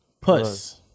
Puss